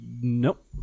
nope